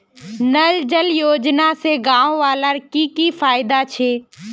नल जल योजना से गाँव वालार की की फायदा छे?